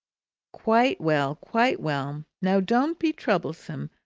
quite well, quite well! now don't be troublesome,